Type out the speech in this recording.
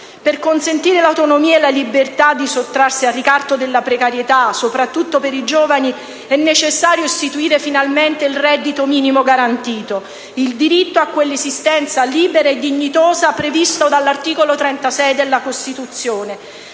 Per consentire l'autonomia e la libertà di sottrarsi al ricatto della precarietà, soprattutto per i giovani, è necessario istituire finalmente il reddito minimo garantito: il diritto a quella esistenza libera e dignitosa prevista dall'articolo 36 della Costituzione.